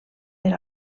per